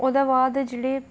ओह्दे बाद जेह्ड़े